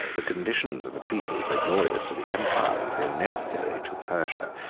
the conditions of a treaty so glorious to the empire, and so necessary to persia,